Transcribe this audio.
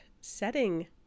setting